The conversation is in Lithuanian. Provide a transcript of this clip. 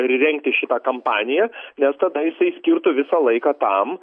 ir rengti šitą kampaniją nes tada jisai skirtų visą laiką tam